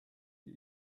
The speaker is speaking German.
die